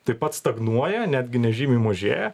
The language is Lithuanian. taip pat stagnuoja netgi nežymiai mažėja